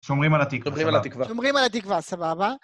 שומרים על התקווה, שומרים על התקווה, סבבה.